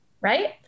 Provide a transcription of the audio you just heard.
right